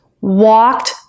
walked